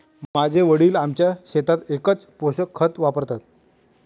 माझे वडील आमच्या शेतात एकच पोषक खत वापरतात